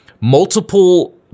multiple